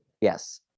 Yes